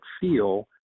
feel